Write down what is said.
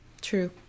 True